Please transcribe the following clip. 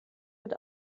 wird